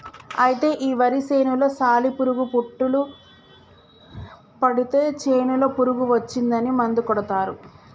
అయితే ఈ వరి చేనులో సాలి పురుగు పుట్టులు పడితే చేనులో పురుగు వచ్చిందని మందు కొడతారు